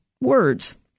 words